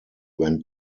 when